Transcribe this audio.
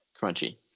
Crunchy